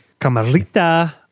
Camarita